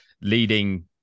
leading